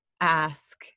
ask